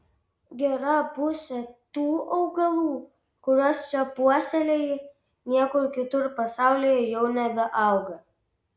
gera pusė tų augalų kuriuos čia puoselėji niekur kitur pasaulyje jau nebeauga